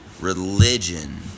religion